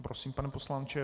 Prosím, pane poslanče.